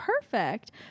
perfect